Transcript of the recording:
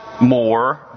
more